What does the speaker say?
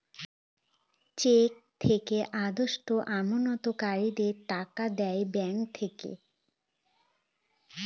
check থেকে আদেষ্টা আমানতকারীদের টাকা দেয় ব্যাঙ্ক থেকে